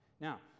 Now